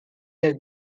del